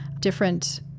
Different